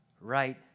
right